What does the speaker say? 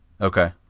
Okay